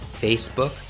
Facebook